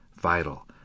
vital